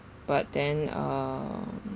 but then um